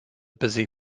busy